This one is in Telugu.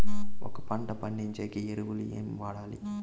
ఒక పంట పండించేకి ఎరువులు ఏవి వాడాలి?